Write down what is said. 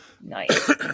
Nice